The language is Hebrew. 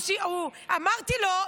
אמרתי לו,